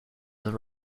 with